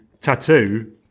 tattoo